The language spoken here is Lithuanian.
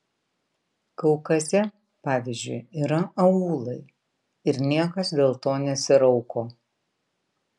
kaukaze pavyzdžiui yra aūlai ir niekas dėl to nesirauko